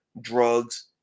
drugs